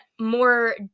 more